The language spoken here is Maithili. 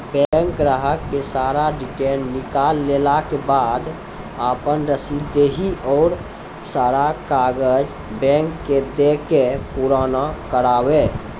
बैंक ग्राहक के सारा डीटेल निकालैला के बाद आपन रसीद देहि और सारा कागज बैंक के दे के पुराना करावे?